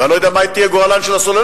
ואני לא יודע מה יהיה גורלן של הסוללות.